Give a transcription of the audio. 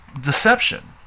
deception